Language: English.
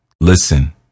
Listen